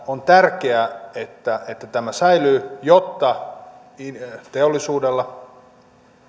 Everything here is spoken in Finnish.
on tärkeää että että tämä säilyy jotta teollisuudella